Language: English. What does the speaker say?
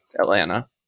Atlanta